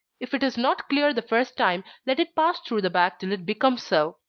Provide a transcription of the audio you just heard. if it is not clear the first time, let it pass through the bag till it becomes so.